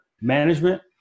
management